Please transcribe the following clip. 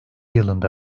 yılında